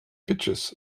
pitches